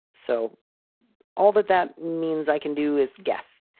so all that that means i can do is guess